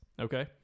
Okay